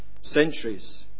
centuries